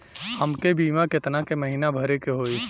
हमके बीमा केतना के महीना भरे के होई?